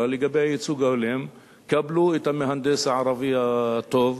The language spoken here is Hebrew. לגבי הייצוג ההולם: קבלו את המהנדס הערבי הטוב,